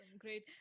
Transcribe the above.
Great